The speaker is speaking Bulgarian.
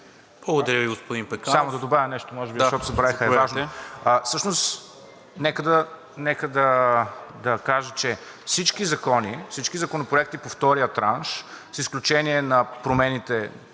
Благодаря Ви, господин Пеканов.